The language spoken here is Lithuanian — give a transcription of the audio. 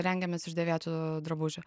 rengiamės iš dėvėtų drabužių